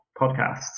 podcasts